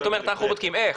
את אומרת 'אנחנו בודקים', איך?